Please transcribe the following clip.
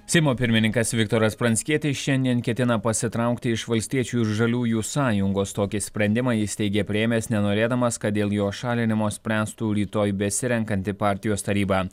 seimo pirmininkas viktoras pranckietis šiandien ketina pasitraukti iš valstiečių ir žaliųjų sąjungos tokį sprendimą jis teigė priėmęs nenorėdamas kad dėl jo šalinimo spręstų rytoj besirenkanti partijos taryba